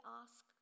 ask